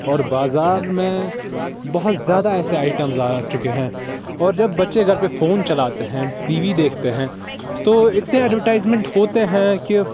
اور بازار میں بہت زیادہ ایسے آئٹمز آ چکے ہیں اور جب بچے گھر پہ فون چلاتے ہیں ٹی وی دیکھتے ہیں تو اتنے اڈورٹائزمنٹ ہوتے ہیں کہ